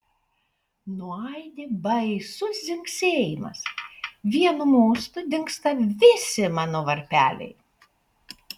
nuaidi baisus dzingsėjimas vienu mostu dingsta visi mano varpeliai